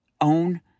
own